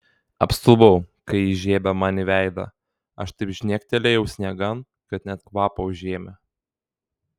apstulbau kai jis žiebė man į veidą aš taip žnektelėjau sniegan kad net kvapą užėmė